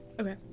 Okay